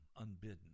unbidden